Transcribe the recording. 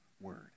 word